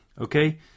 Okay